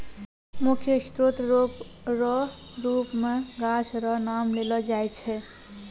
मुख्य स्रोत रो रुप मे गाछ रो नाम लेलो जाय छै